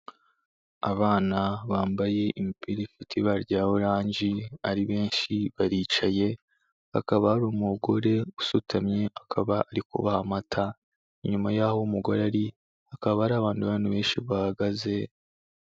Abana bambaye imipira ifite ibara rya oranje ari benshi baricaye, hakaba hari umugore usutamye akaba ari kubaha amata, inyuma y'aho umugore ari hakaba hari abandi bantu benshi bahagaze.